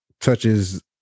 touches